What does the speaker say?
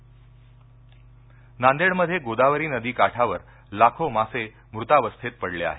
नांदेड नांदेडमध्ये गोदावरी नदी काठावर लाखो मासे मृतावस्थेत पडले आहेत